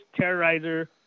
terrorizer